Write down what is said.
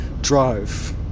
Drive